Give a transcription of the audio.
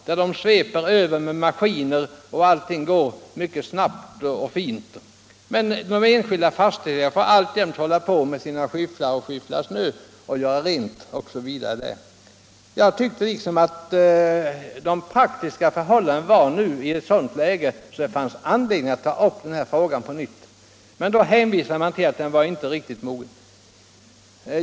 Man sveper över marken med maskiner och allt går mycket snabbt och fint, men de enskilda fastighetsägarna får alltjämt använda sina skyfflar för att göra rent. Jag ansåg 1974 att de praktiska förhållandena var sådana att det fanns anledning att ta upp frågan på nytt, men då hänvisade utskottet till att tiden inte var riktigt mogen.